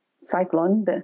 cyclone